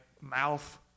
mouth